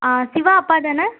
Siva அப்பாதானே